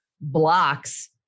blocks